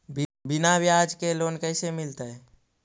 बिना ब्याज के लोन कैसे मिलतै?